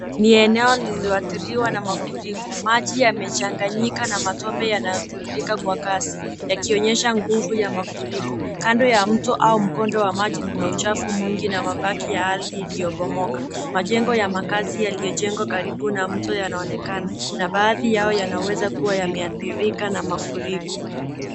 Ni eneo lililoathiriwa na mafuriko. Maji yamechanganyika na matope yanayotiririka kwa kasi yakionyesha nguvu ya mafuriko. Kando ya mto au mkondo wa maji kuna uchafu mwingi na mabaki ya ardhi iliyobomoka. Majengo ya makazi yaliyojengwa karibu na mto yanaonekana na baadhi yao yanaweza kuwa yameathirika na mafuriko.